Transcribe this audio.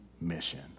mission